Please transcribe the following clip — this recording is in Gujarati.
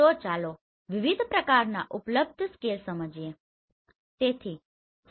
તો ચાલો વિવિધ પ્રકારનાં ઉપલબ્ધ સ્કેલ સમજીએ